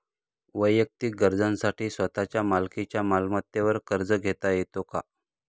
वैयक्तिक गरजांसाठी स्वतःच्या मालकीच्या मालमत्तेवर कर्ज घेता येतो का?